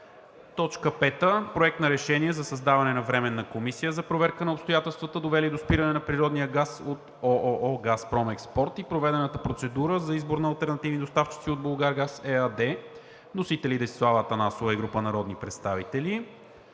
5. Проект на решение за създаване на Временна комисия за проверка на обстоятелствата, довели до спиране на природния газ от ООО „Газпром Експорт“, и проведената процедура за избор на алтернативни доставчици от „Булгаргаз“ ЕАД. Вносители – Десислава Атанасова и група народни представители.